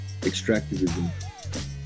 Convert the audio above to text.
extractivism